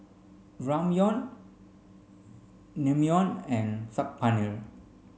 Ramyeon Naengmyeon and Saag Paneer